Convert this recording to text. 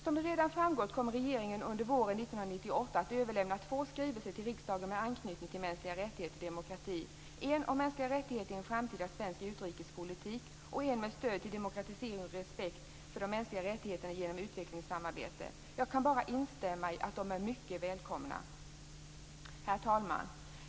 Som redan har framgått kommer regeringen under våren 1998 att överlämna två skrivelser till riksdagen med anknytning till mänskliga rättigheter och demokrati: en om mänskliga rättigheter i en framtida svensk utrikespolitik och en till stöd för demokratisering och respekt för de mänskliga rättigheterna genom utvecklingssamarbete. Jag kan bara instämma i att de är mycket välkomna. Herr talman!